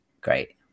great